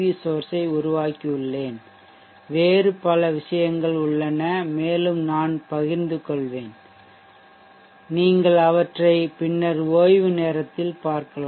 source ஐ உருவாக்கியுள்ளேன் வேறு பல விஷயங்கள் உள்ளன மேலும் நான் பகிர்ந்து கொள்வேன் நீங்கள் அவற்றை பின்னர் ஓய்வு நேரத்தில் பார்க்கலாம்